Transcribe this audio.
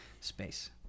space